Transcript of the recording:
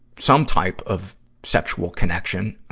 some type of sexual connection, ah,